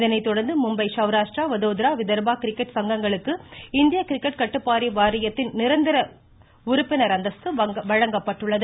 இதனை தொடா்ந்து மும்பை சவுராஷ்டிரா வதோதரா விதா்பா கிரிக்கெட் சங்கங்களுக்கு இந்திய கிரிக்கெட் வாரியத்தின் நிரந்தர உறுப்பினர் அந்தஸ்து வழங்கப்பட்டுள்ளது